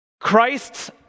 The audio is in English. Christ's